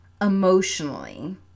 emotionally